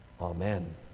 Amen